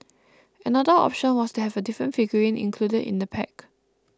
another option was to have a different figurine included in the pack